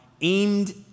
aimed